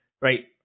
right